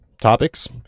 topics